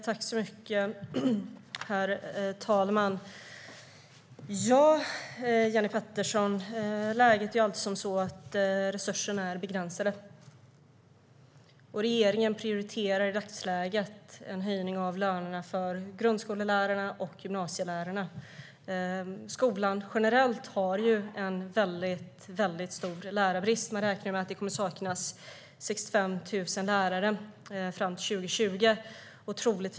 Herr talman! Läget är att resurserna är begränsade, Jenny Petersson. Regeringen prioriterar i dagsläget en höjning av lönerna för grundskollärarna och gymnasielärarna. Skolan generellt har en väldigt stor lärarbrist. Man räknar med att det kommer att saknas 65 000 lärare fram till 2020.